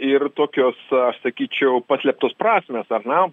ir tokios sakyčiau paslėptos prasmės ar ne